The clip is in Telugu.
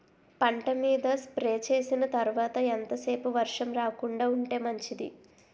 పంట మీద స్ప్రే చేసిన తర్వాత ఎంత సేపు వర్షం రాకుండ ఉంటే మంచిది?